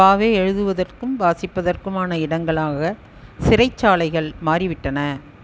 பாவே எழுதுவதற்கும் வாசிப்பதற்குமான இடங்களாக சிறைச்சாலைகள் மாறிவிட்டன